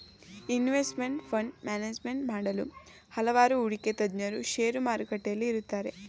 investment fund management ಮಾಡಲು ಹಲವಾರು ಹೂಡಿಕೆ ತಜ್ಞರು ಶೇರು ಮಾರುಕಟ್ಟೆಯಲ್ಲಿ ಇರುತ್ತಾರೆ